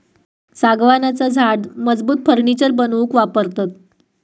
सागवानाचा झाड मजबूत फर्नीचर बनवूक वापरतत